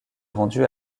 rendu